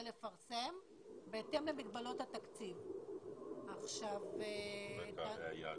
לפרסם בהתאם למגבלות התקציב וקהלי היעד